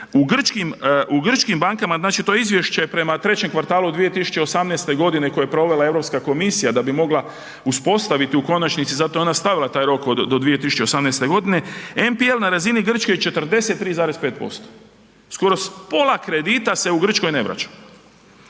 u grčkim bankama, znači to je izvješće prema 3. kvartalu 2018. g. koje je provela EU komisija da bi mogla uspostaviti, u konačnici, zato je ona stavila taj rok do 2018. g. MPL na razini Grčke 43,5%. Skoro pola kredita se u Grčkoj ne vraća.